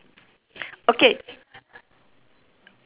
okay